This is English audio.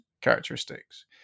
characteristics